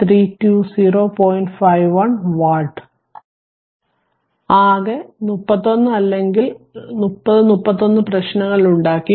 അതിനാൽ ആകെ 31 അല്ലെങ്കിൽ 30 31 പ്രശ്നങ്ങൾ ഉണ്ടാക്കി